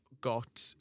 got